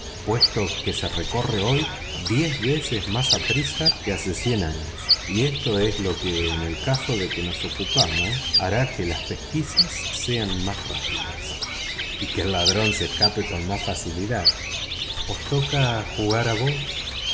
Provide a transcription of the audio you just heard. puesto que se recorre hoy diez veces más aprisa que hace cien años y esto es lo que en el caso de que nos ocupamos hará que las pesquisas sean más rápidas y que el ladrón se escape con más facilidad os toca jugar a vos